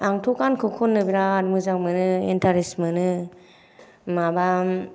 आंथ' गानखौ ख'ननो बिराद मोजां मोनो इन्टारेस्ट मोनो माबा